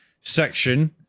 section